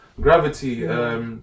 gravity